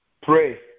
pray